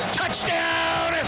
touchdown